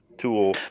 tool